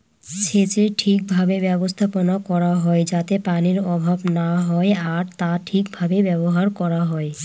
সেচের ঠিক ভাবে ব্যবস্থাপনা করা হয় যাতে পানির অভাব না হয় আর তা ঠিক ভাবে ব্যবহার করা হয়